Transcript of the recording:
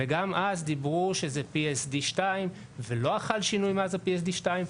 וגם אז דיברו שזה PSD2 ולא חל שינוי מאז ה-PSD2,